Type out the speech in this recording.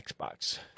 Xbox